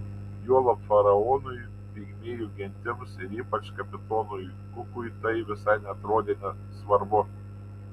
juolab faraonui pigmėjų gentims ir ypač kapitonui kukui tai visai neatrodė svarbu